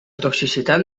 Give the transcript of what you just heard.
toxicitat